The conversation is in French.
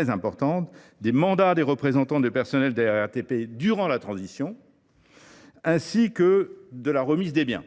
est important –, des mandats des représentants du personnel de la RATP durant la transition ainsi que des remises de biens.